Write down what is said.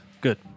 Good